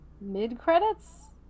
Mid-credits